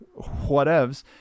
Whatevs